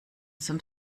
zum